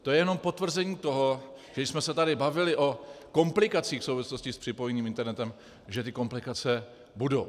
To je jenom potvrzení toho, že když jsme se tady bavili o komplikacích v souvislosti s připojením k internetu, že ty komplikace budou.